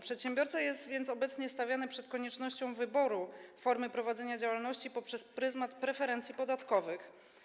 Przedsiębiorca jest więc obecnie stawiany przed koniecznością wyboru formy prowadzenia działalności poprzez pryzmat preferencji podatkowych.